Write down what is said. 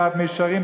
"דעת מישרים",